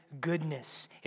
goodness